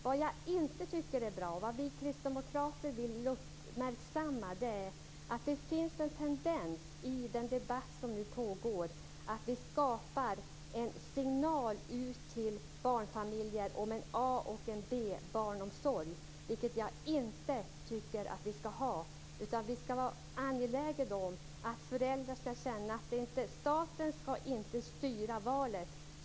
Vad jag inte tycker är bra, och vad vi kristdemokrater vill uppmärksamma, är att det finns en tendens i den debatt som nu pågår att vi skapar en signal till barnfamiljer om en A-barnomsorg och en B barnomsorg, vilket jag inte tycker att vi skall ha. Det är angeläget att föräldrar skall känna att staten inte styr valet.